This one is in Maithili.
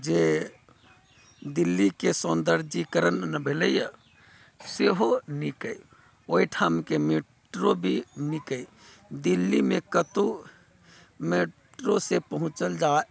जे दिल्लीके सौन्दर्यिकरण भेलैए सेहो नीक अइ ओहिठामके मेट्रो भी नीक अइ दिल्लीमे कतौ मेट्रोसँ पहुँचल जा